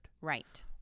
Right